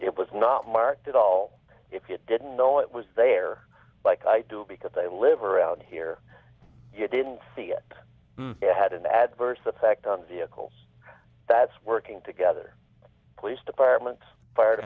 it was not marked at all if you didn't know it was there like i do because they live around here you didn't see it had an adverse effect on the coals that's working together police departments fire